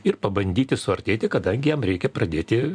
ir pabandyti suartėti kadangi jam reikia pradėti